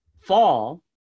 fall